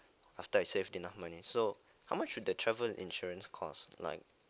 after I save enough money so how much would the travel insurance cost like